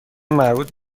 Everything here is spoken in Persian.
مربوط